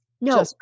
No